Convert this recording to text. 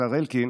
השר אלקין,